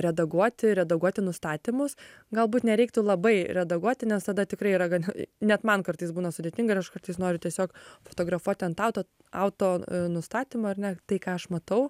redaguoti redaguoti nustatymus galbūt nereiktų labai redaguoti nes tada tikrai yra gan net man kartais būna sudėtinga ir aš kartais noriu tiesiog fotografuoti ant auto auto nustatymo ar ne tai ką aš matau